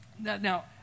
now